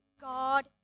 God